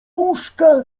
puszka